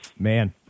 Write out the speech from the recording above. Man